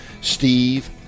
Steve